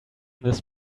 this